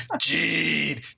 Gene